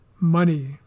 money